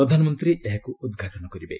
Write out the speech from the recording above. ପ୍ରଧାନମନ୍ତ୍ରୀ ଏହାକୁ ଉଦ୍ଘାଟନ କରିବେ